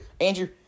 Andrew